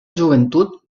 joventut